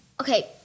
okay